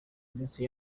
ndetse